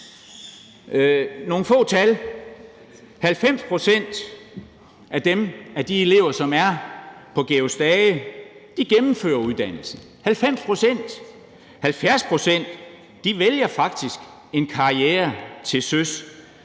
Nogle få tal: 90 pct. af de elever, som er på »Georg Stage«, gennemfører uddannelsen – 90 pct. 70 pct. vælger faktisk en karriere til søs.